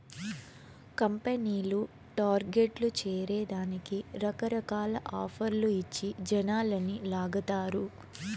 కంపెనీలు టార్గెట్లు చేరే దానికి రకరకాల ఆఫర్లు ఇచ్చి జనాలని లాగతారు